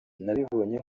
nabibonye